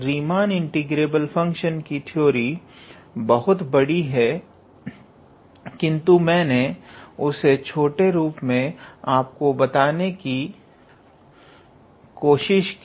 Riemann integrable function की theory बहुत बड़ी है किंतु मैंने उसे छोटे रूप में आपको बताने की कोशिश की